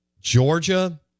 Georgia